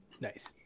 Nice